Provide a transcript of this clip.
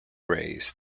rays